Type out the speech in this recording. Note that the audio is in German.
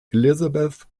elisabeth